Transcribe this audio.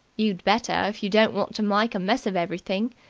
you'd better, if you don't want to mike a mess of everything.